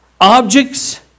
objects